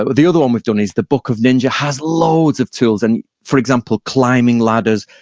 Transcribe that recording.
ah the other one we've done is the book of ninjas has loads of tools. and for example, climbing ladders,